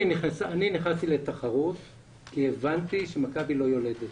אני נכנסתי לתחרות כי הבנתי שמכבי לא יולדת